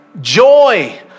Joy